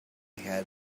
had